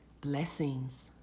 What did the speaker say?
blessings